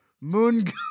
Moon